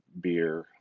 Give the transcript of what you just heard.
beer